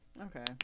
Okay